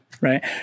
Right